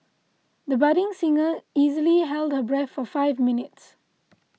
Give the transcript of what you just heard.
the budding singer easily held her breath for five minutes